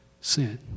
sin